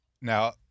Now